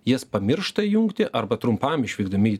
jas pamiršta įjungti arba trumpam išvykdami